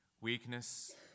weakness